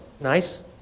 nice